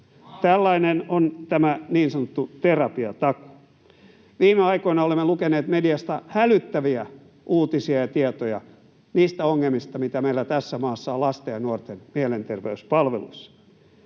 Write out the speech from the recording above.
Tällainen on tämä niin sanottu terapiatakuu. Viime aikoina olemme lukeneet mediasta hälyttäviä uutisia ja tietoja niistä ongelmista, mitä meillä tässä maassa on lasten ja nuorten mielenter-veyspalveluissa.